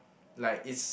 like is